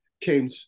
came